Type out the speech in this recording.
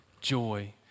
joy